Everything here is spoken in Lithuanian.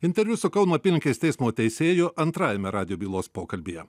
interviu su kauno apylinkės teismo teisėju antrajame radijo bylos pokalbyje